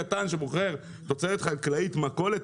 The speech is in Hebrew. שולמן קטן שמוכר תוצרת חקלאית במכולת,